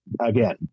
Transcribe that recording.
again